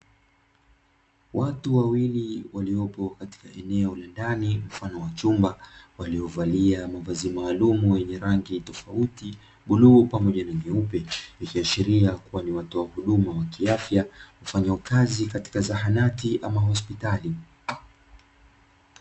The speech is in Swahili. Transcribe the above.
Watu wawili waliopo katika eneo la ndani mfano wa chumba, waliovalia mavazi maalumu yenye rangi tofauti bluu pamoja na nyeupe, ikiashiria ni watoa huduma za kiafya wafanyao kazi katika zahanati ama hospitali.